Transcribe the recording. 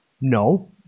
No